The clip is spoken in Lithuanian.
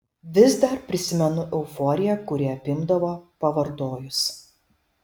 vis dar prisimenu euforiją kuri apimdavo pavartojus